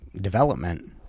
development